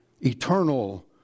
eternal